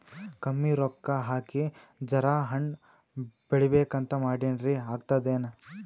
ಕಮ್ಮಿ ರೊಕ್ಕ ಹಾಕಿ ಜರಾ ಹಣ್ ಬೆಳಿಬೇಕಂತ ಮಾಡಿನ್ರಿ, ಆಗ್ತದೇನ?